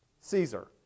Caesar